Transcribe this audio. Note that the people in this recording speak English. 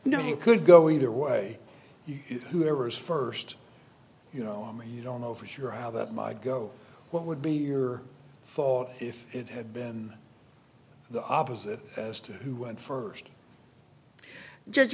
o you could go either way whoever's first you know when you don't know for sure how that might go what would be your fault if it had been the opposite as to who went first to judge